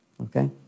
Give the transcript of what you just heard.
Okay